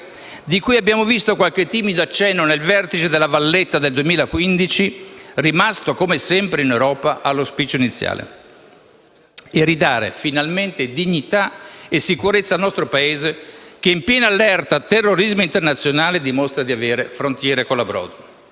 di cui abbiamo visto qualche timido accenno nel vertice de La Valletta del 2015, rimasto, come sempre in Europa, all'auspicio iniziale? Di ridare finalmente dignità e sicurezza al nostro Paese che, in piena allerta terrorismo internazionale, dimostra di avere delle frontiere colabrodo?